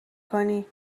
کنی